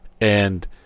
and-